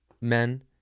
men